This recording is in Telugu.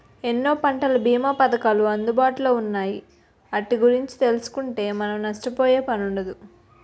ఎన్నో పంటల బీమా పధకాలు అందుబాటులో ఉన్నాయి ఆటి గురించి తెలుసుకుంటే మనం నష్టపోయే పనుండదు